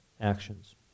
actions